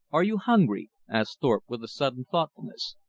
are you hungry? asked thorpe, with a sudden thoughtfulness.